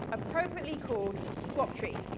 appropriately called swaptree,